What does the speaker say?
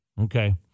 Okay